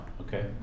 okay